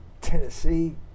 Tennessee